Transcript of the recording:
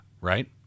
right